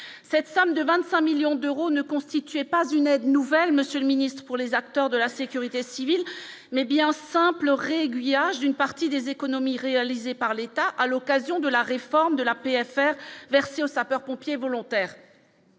cette somme de 25 millions d'euros ne constituait pas une nouvelle, Monsieur le Ministre, pour les acteurs de la sécurité civile mais bien simple réguliers âge d'une partie des économies réalisées par l'État, à l'occasion de la réforme de la paix à faire verser aux sapeurs-pompiers volontaires,